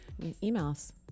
emails